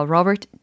Robert